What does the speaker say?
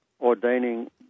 ordaining